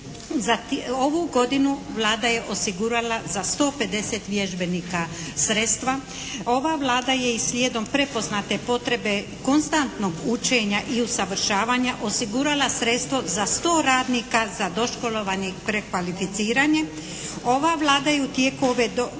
ovu godinu Vlada je osigurala za 150 vježbenika sredstva. Ova Vlada je i sljedom prepoznate potrebe konstantnog učenja i usavršavanja osigurala sredstvo za 100 radnika za doškolovanje i prekvalificiranje. Ova Vlada je u tijeku ove godine